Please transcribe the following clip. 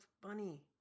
bunny